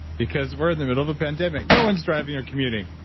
because we're in the middle of a pandemic, no one's driving or commuting.